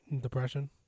depression